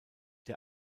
der